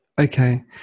Okay